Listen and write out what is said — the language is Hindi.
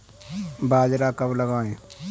बाजरा कब लगाएँ?